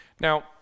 Now